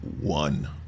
one